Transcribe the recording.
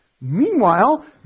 Meanwhile